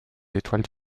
étoiles